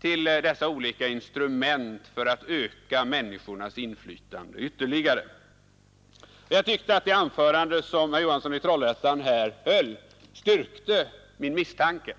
till dessa olika instrument för att ytterligare öka människornas inflytande. Jag tycker att det anförande som herr Johansson i Trollhättan höll styrkte min misstanke.